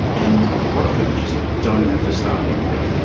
and a lot of people just don't have the staffing for it.